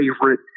favorite